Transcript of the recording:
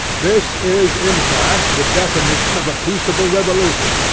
this is, in fact, the definition of a peaceable revolution,